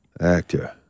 Actor